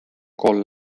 kool